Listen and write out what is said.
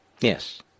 Yes